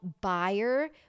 buyer